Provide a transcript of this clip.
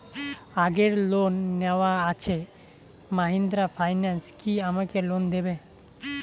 আগের লোন নেওয়া আছে মাহিন্দ্রা ফাইন্যান্স কি আমাকে লোন দেবে?